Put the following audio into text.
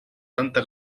tanta